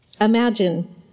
Imagine